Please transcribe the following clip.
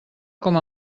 com